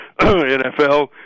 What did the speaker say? NFL